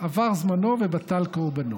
עבר זמנו ובטל קורבנו.